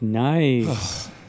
Nice